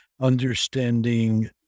understanding